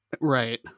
right